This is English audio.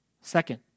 Second